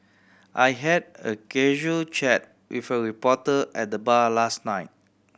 I had a casual chat with a reporter at the bar last night